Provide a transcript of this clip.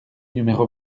numéro